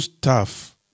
tough